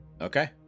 Okay